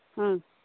ᱦᱮᱸ